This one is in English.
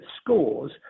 scores